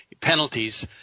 penalties